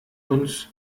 uns